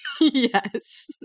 Yes